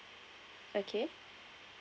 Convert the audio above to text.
okay